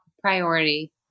priority